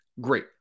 Great